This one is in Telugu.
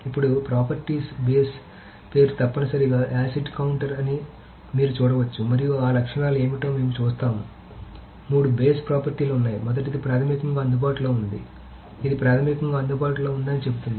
ఇప్పుడు ప్రాపర్టీస్ బేస్ పేరు తప్పనిసరిగా ACID కౌంటర్ అని మీరు చూడవచ్చు మరియు ఆ లక్షణాలు ఏమిటో మేము చూస్తాము మూడు బేస్ ప్రాపర్టీలు ఉన్నాయి మొదటిది ప్రాథమికంగా అందుబాటులో ఉంది కాబట్టి ఇది ప్రాథమికంగా అందుబాటులో ఉందని చెబుతోంది